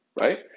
right